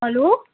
hello